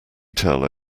towel